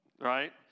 Right